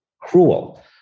cruel